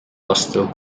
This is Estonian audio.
vastu